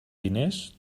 diners